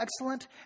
excellent